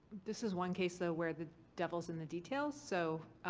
this is one case, though, where the devil is in the details. so